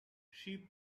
she